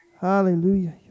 Hallelujah